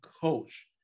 coach –